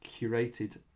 curated